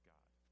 God